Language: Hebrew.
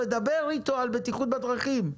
לדבר אתו על בטיחות בדרכים.